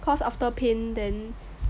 cause after paint then